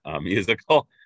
musical